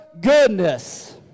goodness